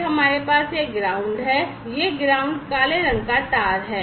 फिर हमारे पास यह ground है यह ground काले रंग का तार है